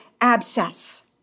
abscess